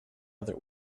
other